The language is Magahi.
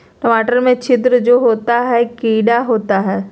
टमाटर में छिद्र जो होता है किडा होता है?